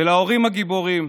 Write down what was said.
ולהורים הגיבורים,